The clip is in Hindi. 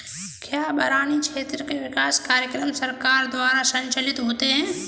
क्या बरानी क्षेत्र के विकास कार्यक्रम सरकार द्वारा संचालित होते हैं?